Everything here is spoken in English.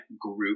group